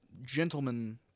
Gentlemen